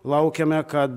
laukiame kad